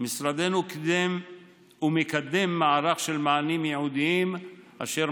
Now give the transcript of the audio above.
משרדנו קידם ומקדם מערך של מענים ייעודיים אשר